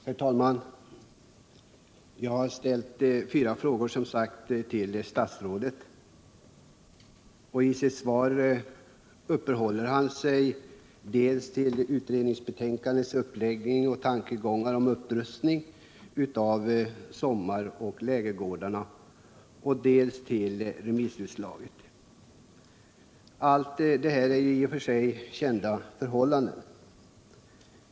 Herr talman! Jag har ställt fyra frågor till statsrådet. I sitt svar uppehåller han sig dels vid utredningsbetänkandets uppläggning och tankegång om upprustning av sommaroch lägergårdarna, dels vid remissutslaget. Allt detta är kända förhållanden.